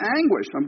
anguish